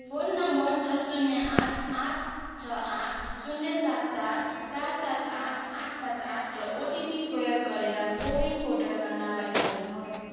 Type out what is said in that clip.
phone number छ शून्य आठ आठ छ आठ शून्य सात चार सात सात आठ आठ पाँच आठ र ओटिपी प्रयोग गरेर को विन पोर्टलमा लगइन गर्नुहोस्